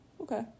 okay